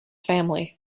family